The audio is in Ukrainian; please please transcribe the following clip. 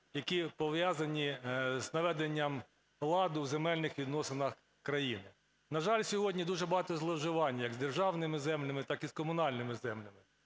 які пов'язані з наведенням ладу у земельних відносинах країни. На жаль, сьогодні дуже багато зловживань як з державними землями, так і з комунальними землями